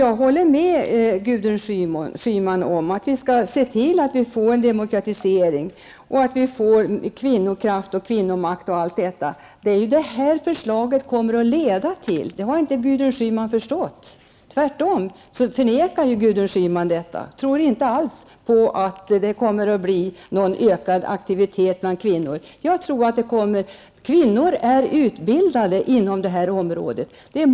Jag håller med Gudrun Schyman om att vi skall se till att verksamheten blir demokratisk med den kvinnokraft och kvinnomakt som hon talar om. Det är detta som förslaget kommer att leda till. Det har inte Gudrun Schyman förstått. Tvärtom, Gudrun Schyman förnekar detta och tror inte alls att det kommer att bli någon ökad aktivitet bland kvinnor. Jag tror att det kommer. Kvinnor är utbildade inom det här området.